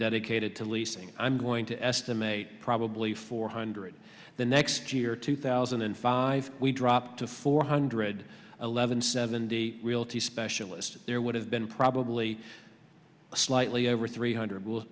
dedicated to leasing i'm going to estimate probably four hundred the next year two thousand and five we drop to four hundred eleven seventy realty specialist there would have been probably slightly over three hundred